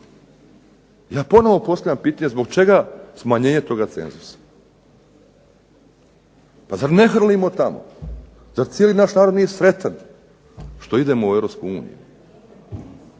Ja ponovno postavljam pitanje zbog čega smanjivanje toga cenzusa. Pa zar ne hrlimo tamo, zar cijeli naš narod nije sretan što idemo u